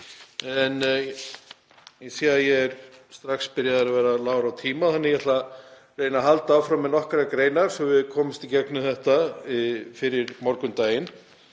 er. Ég sé að ég er strax byrjaður að vera lágur á tíma þannig að ég ætla að reyna að halda áfram með nokkrar greinar svo við komumst í gegnum þetta fyrir morgundaginn.